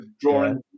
drawing